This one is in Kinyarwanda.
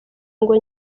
ngo